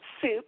soup